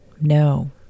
no